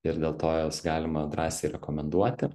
ir dėl to juos galima drąsiai rekomenduoti